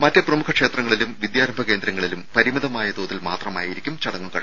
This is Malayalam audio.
മറ്റ് പ്രമുഖ ക്ഷേത്രങ്ങളിലും വിദ്യാരംഭ കേന്ദ്രങ്ങളിലും പരിമിതമായ തോതിൽ മാത്രമായിരിക്കും ചടങ്ങുകൾ